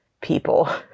people